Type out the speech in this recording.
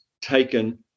taken